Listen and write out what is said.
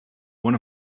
one